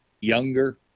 younger